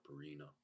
Arena